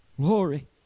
Glory